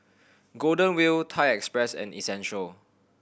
Golden Wheel Thai Express and Essential